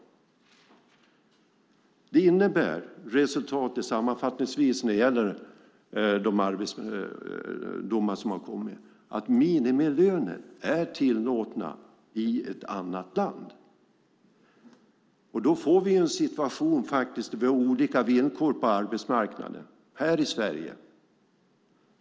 Resultatet innebär sammanfattningsvis när det gäller de arbetsdomar som har kommit att minimilöner är tillåtna i annat land. Då får vi en situation där vi har olika villkor på arbetsmarknaden här i Sverige.